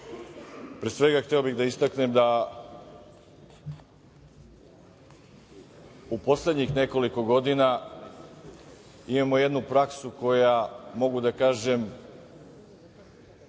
svega hteo bih da istaknem da u poslednjih nekoliko godina imamo jednu praksu koja, mogu da kažem,